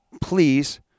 please